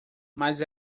mas